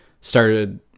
started